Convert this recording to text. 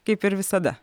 kaip ir visada